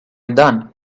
done